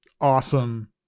Awesome